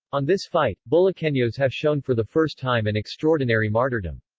on this fight, bulaquenos have shown for the first time an extraordinary martyrdom.